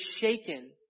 shaken